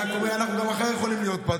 אני רק אומר: אנחנו גם מחר יכולים להיות פה,